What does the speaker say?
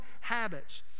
habits